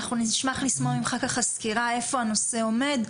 אנחנו נשמח לשמוע ממך סקירה איפה הנושא עומד.